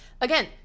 again